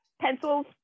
Pencils